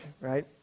right